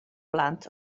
blant